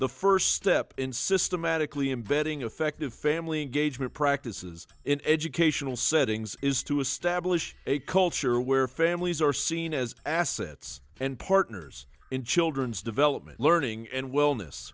the first step in systematically embedding effective family engagement practices in educational settings is to establish a culture where families are seen as assets and partners in children's development learning and wellness